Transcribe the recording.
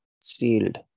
sealed